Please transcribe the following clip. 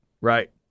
right